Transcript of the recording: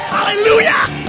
Hallelujah